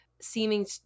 seeming